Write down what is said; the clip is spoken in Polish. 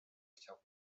chciał